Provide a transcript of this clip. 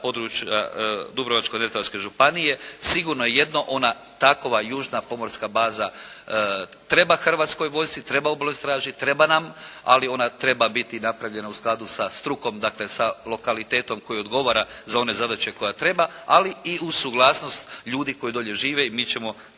područja Dubrovačko-neretvanske županije, sigurno je jedno, ona takva južna pomorska baza treba Hrvatskoj vojsci, treba Obalnoj straži, treba nam, ali ona treba biti napravljena u skladu sa strukom, dakle sa lokalitetom koji odgovara za one zadaće koje treba, ali i uz suglasnost ljudi koji dolje žive i mi ćemo